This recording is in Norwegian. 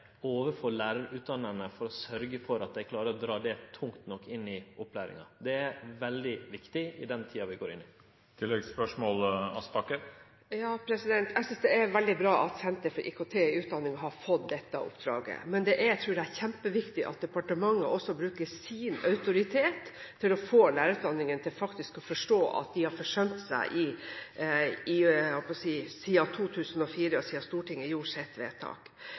overfor lærarutdanningane for å sørgje for at dei klarer å dra det tungt nok inn i opplæringa. Det er veldig viktig i den tida vi går inn i. Jeg synes det er veldig bra at Senter for IKT i utdanningen har fått dette oppdraget. Det er – tror jeg – kjempeviktig at departementet også bruker sin autoritet til å få lærerutdanningene til faktisk å forstå at de – jeg holdt på å si – har forsømt seg siden 2004 og siden Stortinget gjorde sitt vedtak.